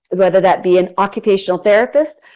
whether that be an occupational therapist,